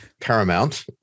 paramount